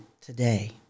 today